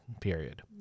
period